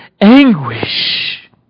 anguish